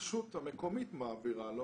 הרשות המקומית מעבירה לו